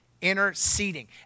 interceding